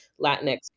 Latinx